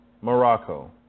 Morocco